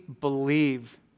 believe